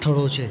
સ્થળો છે